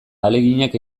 ahaleginak